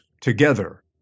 together